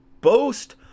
boast